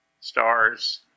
stars